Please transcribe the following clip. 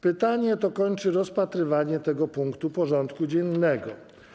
Pytanie to kończy rozpatrywanie tego punktu porządku dziennego.